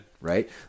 right